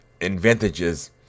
advantages